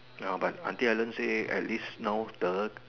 ya but until I learn say at least now third